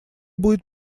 будет